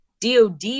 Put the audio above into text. dod